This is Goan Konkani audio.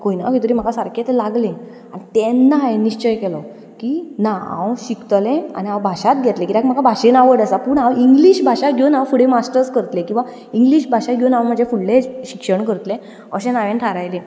तें खंय ना खंय तरी म्हाका सारकेंच लागलें हांव तेन्ना हांवें निश्चय केलो की ना हांव शिकतलें आनी हांव भाशाच घेतलें कित्याक म्हाका भाशेंत आवड आसा पूण हांव इंग्लीश भाशा घेवन हांव फुडें हांव मास्टर्ज करतलें किंवां इंग्लीश भाशा घेवन हांव म्हाजें फुडलें शिक्षण करतलें अशें हांवेन थारायलें